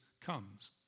comes